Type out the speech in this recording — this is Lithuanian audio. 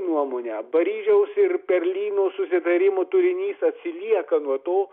nuomone paryžiaus ir berlyno susitarimų turinys atsilieka nuo to